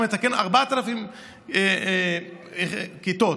4,000. ראש העירייה לשעבר מתקן: 4,000 כיתות.